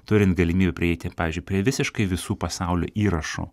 turint galimybę prieiti pavyzdžiui prie visiškai visų pasaulio įrašų